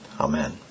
Amen